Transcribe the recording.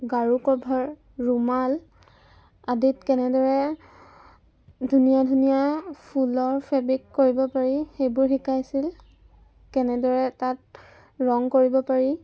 গাৰু কভাৰ ৰুমাল আদিত কেনেদৰে ধুনীয়া ধুনীয়া ফুলৰ ফেবিক কৰিব পাৰি সেইবোৰ শিকাইছিল কেনেদৰে তাত ৰং কৰিব পাৰি